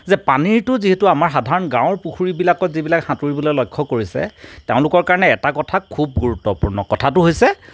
যে পানীটো যিহেতু আমাৰ সাধাৰণ গাঁৱৰ পুখুৰীবিলাকত যিবিলাক সাঁতুৰিবলৈ লক্ষ্য কৰিছে তেওঁলোকৰ কাৰণে এটা কথা খুব গুৰুত্বপূৰ্ণ কথাটো হৈছে